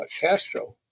Castro